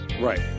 right